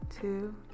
two